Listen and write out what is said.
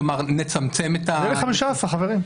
כלומר נצמצם --- 15 חברים.